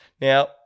Now